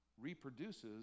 reproduces